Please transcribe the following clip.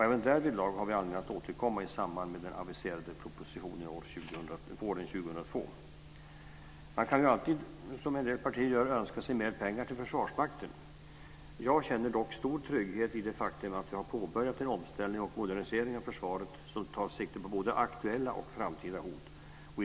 Även därvidlag har vi anledning att återkomma i samband med den aviserade propositionen våren Man kan alltid, som en del partier gör, önska sig mer pengar till Försvarsmakten. Jag känner dock stor trygghet i det faktum att vi har påbörjat en omställning och modernisering av försvaret som tar sikte på både aktuella och framtida hot.